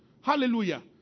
Hallelujah